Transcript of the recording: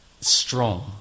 strong